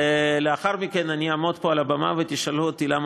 לאחר מכן אני אעמוד פה על הבמה ותשאלו אותי למה